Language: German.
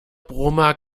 brummer